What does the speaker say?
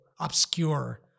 obscure